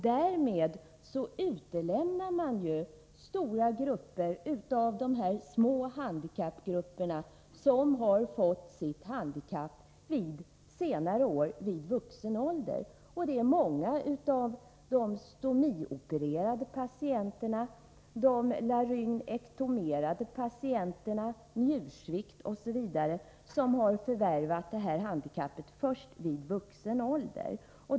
Därmed utelämnar man ett stort antal av dem som tillhör de små handikappgrupperna, nämligen dem som har fått sitt handikapp vid vuxen ålder. Många av de patienter som är stomiopererade eller laryngektomerade, de som har njursvikt osv. har förvärvat sitt handikapp först vid vuxen ålder.